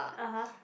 (uh huh)